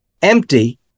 empty